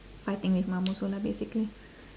fighting with mum also lah basically